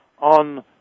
on